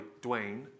Dwayne